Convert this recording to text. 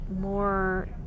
more